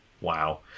Wow